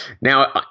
now